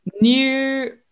New